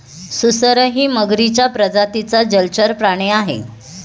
सुसरही मगरीच्या प्रजातीचा जलचर प्राणी आहे